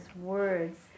words